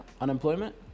unemployment